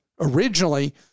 originally